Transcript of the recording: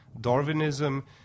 Darwinism